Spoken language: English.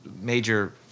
major